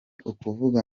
ukuvuga